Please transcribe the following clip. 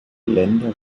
länder